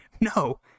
No